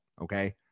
Okay